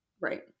right